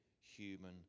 human